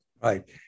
Right